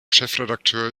chefredakteur